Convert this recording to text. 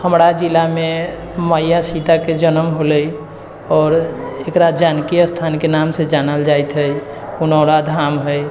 हमरा जिलामे मैया सीता के जनम होलै आओर एकरा जानकी स्थान के नाम से जानल जाइत है पुनौरा धाम है